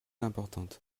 importante